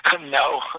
No